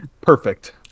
Perfect